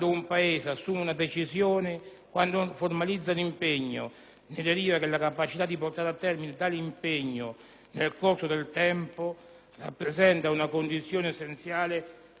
nel corso del tempo rappresenta una condizione essenziale perché tale Paese possa essere considerato affidabile, e quindi fattore di stabilità nelle relazioni internazionali».